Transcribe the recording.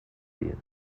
ziel